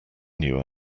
new